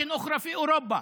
במקומות אחרים, באירופה.